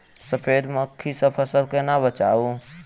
सफेद मक्खी सँ फसल केना बचाऊ?